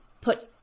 put